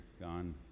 gone